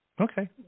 Okay